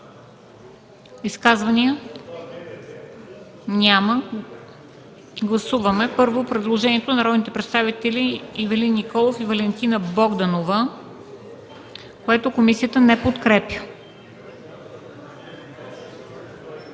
Изказвания? Няма. Първо гласуваме предложението на народните представители Ивелин Николов и Валентина Богданова, което комисията не подкрепя.